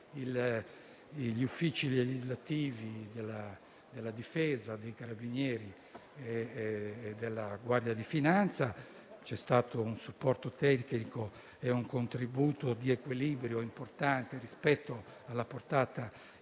gli uffici legislativi della Difesa, dei Carabinieri e della Guardia di finanza, che hanno fornito un supporto tecnico e un contributo di equilibrio importante rispetto alla portata innovativa